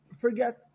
forget